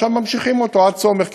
עכשיו ממשיכים אותו עד סומך,